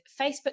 Facebook